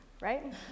right